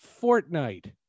Fortnite